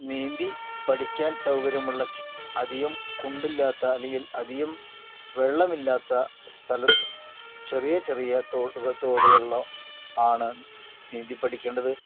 നീന്തി പഠിക്കാൻ സൗകര്യമുള്ള അധികം കുണ്ടില്ലാത്ത അല്ലെങ്കിൽ അധികം വെള്ളമില്ലാത്ത സ്ഥല ചെറിയ ചെറിയ തോട് തോടുകളിലോ ആണ് നീന്തിപ്പഠിക്കേണ്ടത്